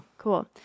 Cool